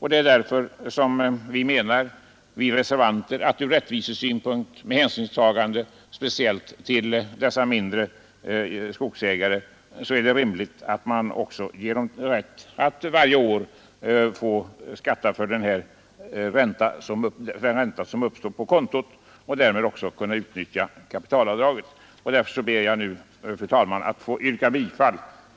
Vi reservanter menar därför att det speciellt med hänsyn till de mindre skogsägarna vore rimligt att bevilja rätt till beskattning varje år på ränteavkastningen på kontot, så att vederbörande därmed också kan utnyttja kapitalavdraget. Fru talman! Jag ber att få yrka bifall